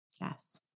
Yes